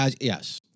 Yes